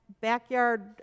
backyard